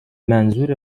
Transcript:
منظور